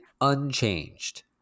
unchanged